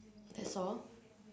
that's all